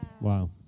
Wow